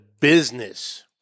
business